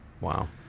Wow